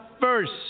first